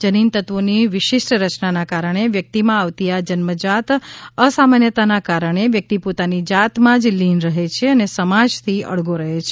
જનીન તત્વોની વિશિષ્ટ રચનાના કારણે વ્યક્તિમાં આવતી આ જન્મજાત અસામાન્યતાના કારણે વ્યક્તિ પોતાની જાતમાં જ લીન રહે છે ને સમાજથી અળગો રહે છે